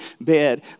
bed